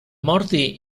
morte